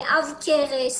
עב כרס,